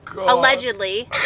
allegedly